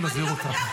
אני מזהיר אותך.